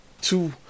Two